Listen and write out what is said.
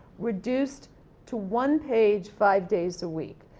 reduced to one page five days a week.